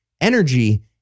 energy